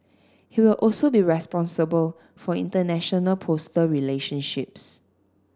he will also be responsible for international postal relationships